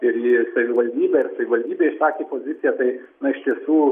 ir į savivaldybę ir savivaldybė išsakė poziciją tai na iš tiesų